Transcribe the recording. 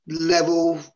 level